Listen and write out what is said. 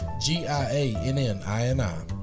G-I-A-N-N-I-N-I